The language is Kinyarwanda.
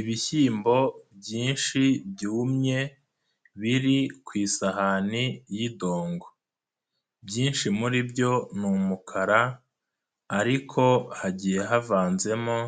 Ibihyimbo byinshi byumye biri ku isahani y'idongo, byinshi muri byo ni umukara ariko hagiye havanzemo